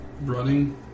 Running